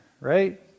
right